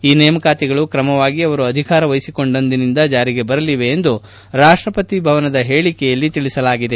ಈ ನೇಮಕಾತಿಗಳು ಕ್ರಮವಾಗಿ ಅವರು ಅಧಿಕಾರ ವಹಿಸಿಕೊಂಡಂದಿನಿಂದ ಜಾರಿಗೆ ಬರಲಿವೆ ಎಂದು ರಾಷ್ಟಪತಿ ಭವನದ ಹೇಳಿಕೆಯಲ್ಲಿ ತಿಳಿಸಲಾಗಿದೆ